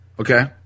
Okay